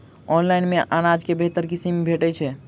Online मे अनाज केँ बेहतर किसिम भेटय छै?